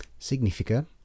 Significa